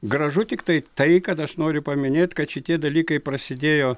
gražu tiktai tai kad aš noriu paminėt kad šitie dalykai prasidėjo